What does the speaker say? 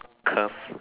curve